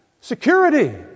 Security